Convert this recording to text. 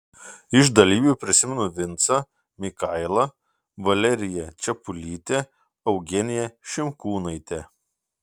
iš dalyvių prisimenu vincą mikailą valeriją čepulytę eugeniją šimkūnaitę